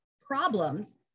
problems